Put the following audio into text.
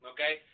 Okay